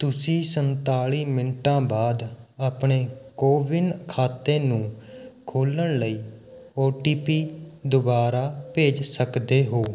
ਤੁਸੀਂ ਸੰਤਾਲੀ ਮਿੰਟਾਂ ਬਾਅਦ ਆਪਣੇ ਕੋਵਿੰਨ ਖਾਤੇ ਨੂੰ ਖੋਲ੍ਹਣ ਲਈ ਓ ਟੀ ਪੀ ਦੁਬਾਰਾ ਭੇਜ ਸਕਦੇ ਹੋ